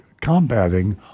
Combating